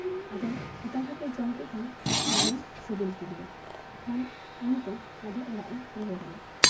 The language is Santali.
ᱟᱫᱚ ᱥᱮᱛᱟᱵᱷᱳᱜᱽ ᱮ ᱡᱚᱢ ᱠᱮᱫ ᱠᱷᱟᱱ ᱫᱚᱢᱮ ᱥᱤᱵᱤᱞ ᱠᱮᱫᱮᱭᱟ ᱠᱷᱟᱱ ᱩᱱᱤ ᱫᱚ ᱟᱫᱚ ᱚᱲᱟᱜ ᱮ ᱨᱩᱣᱟᱹᱲ ᱮᱱᱟ